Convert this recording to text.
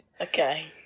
Okay